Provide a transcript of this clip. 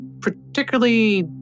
particularly